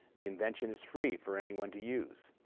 the invention is free for anyone to use.